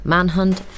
Manhunt